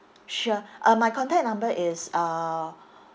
sure uh my contact number is uh